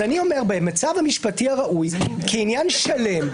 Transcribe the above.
אני אומר שבמצב המשפטי הראוי כעניין שלם,